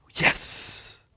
Yes